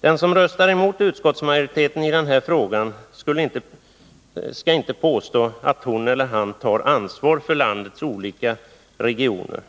Den som röstar emot utskottsmajoriteten i den här frågan skall inte påstå att hon eller han tar ansvar för landets olika regioner